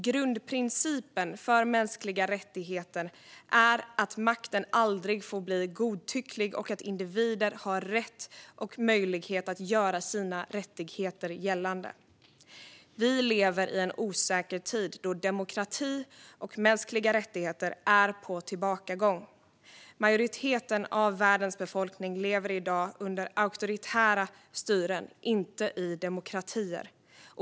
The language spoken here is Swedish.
Grundprincipen för mänskliga rättigheter är att makten aldrig får bli godtycklig och att individer har rätt och möjlighet att göra sina rättigheter gällande. Vi lever i en osäker tid då demokrati och mänskliga rättigheter är på tillbakagång. Majoriteten av världens befolkning lever i dag under auktoritära styren, inte i demokratier.